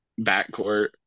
backcourt